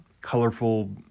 colorful